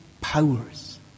powers